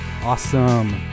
Awesome